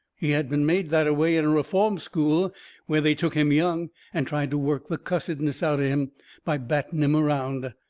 he had been made that-a-way in a reform school where they took him young and tried to work the cussedness out'n him by batting him around.